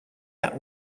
yet